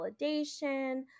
validation